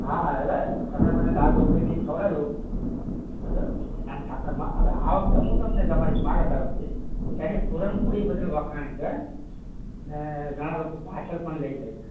હાં અવે તમેં મને દાળ ઢોકળીને એ ખવડાવ્યું હતું બધામાં ઠાકરમાં હવે આ વખતે હું તમને જમાડીશ મારા તરફથી ત્યાંની પૂરણપોળી બધે વખણાય છે ને ઘણા લોકો પાર્સલ પણ લઈ જાય છે